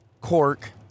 cork